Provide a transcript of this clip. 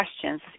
questions